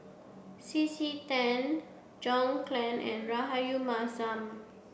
C C Tan John Clang and Rahayu Mahzam